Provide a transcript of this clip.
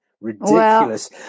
ridiculous